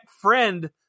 friend